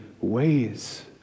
ways